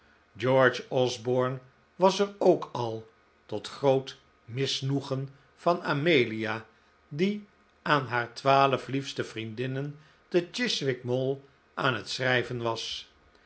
george osborne was er ook al tot groot misnoegen van amelia die aan haar twaalf liefste vriendinnen te chiswick mall aan het schrijven was